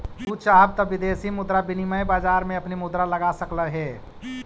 तू चाहव त विदेशी मुद्रा विनिमय बाजार में अपनी मुद्रा लगा सकलअ हे